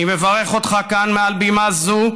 אני מברך אותך כאן, מעל בימה זו,